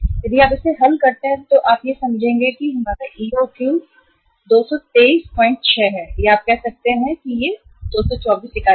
यदि आप इसे हल करते हैं तो आप यह समझेंगे कि हमारा EOQ 2236 है या आप कह सकते हैं कि यह 224 है इकाइयों